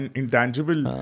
intangible